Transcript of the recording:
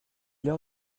leur